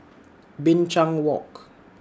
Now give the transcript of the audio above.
Binchang Walk